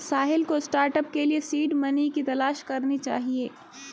साहिल को स्टार्टअप के लिए सीड मनी की तलाश करनी चाहिए